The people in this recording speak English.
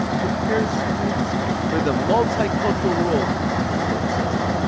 it prepares students for the multicultural world in which they'll exist.